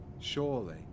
surely